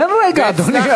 אין רגע, אדוני.